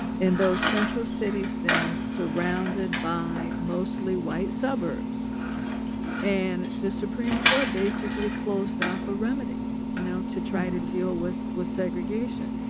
and those central cities then surrounded by mostly white suburbs and the supreme court basically closed off a remedy you know? to try to deal with with segregation.